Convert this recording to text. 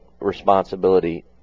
responsibility